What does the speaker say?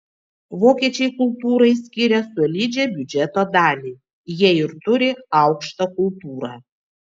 vokiečiai kultūrai skiria solidžią biudžeto dalį jie ir turi aukštą kultūrą